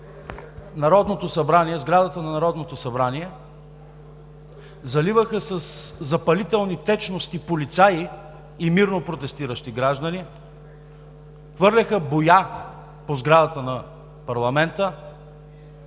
Божков, атакуваха сградата на Народното събрание, заливаха със запалителни течности полицаи и мирно протестиращи граждани, хвърляха боя по сградата на Парламента,